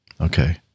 Okay